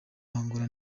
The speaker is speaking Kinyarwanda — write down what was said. angola